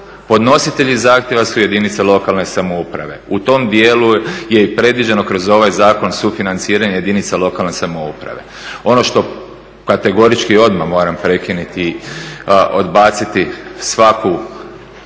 Podnositelji zahtjeva su jedinice lokalne samouprave. U tom dijelu je i predviđeno kroz ovaj zakon sufinanciranje jedinica lokalne samouprave. Ono što kategorički odmah moram prekinuti i odbaciti svaku